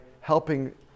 helping